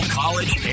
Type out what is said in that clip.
college